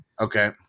Okay